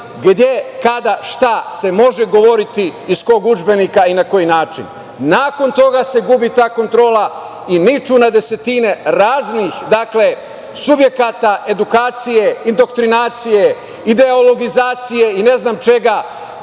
gde, kada, šta se može govoriti, iz kog udžbenika i na koji način. Nakon toga se gubi ta kontrola i niču na desetine raznih subjekata edukacije, indoktrinacije, ideologizacije i ne znam čega